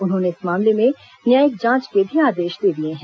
उन्होंने इस मामले में न्यायिक जांच के भी आदेश दे दिए हैं